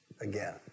again